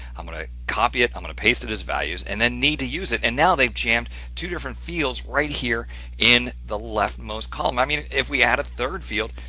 i'm going to copy it, i'm going to paste it as values and then need to use it and now they've jammed two different fields right here in the leftmost column. i mean if we add a third field,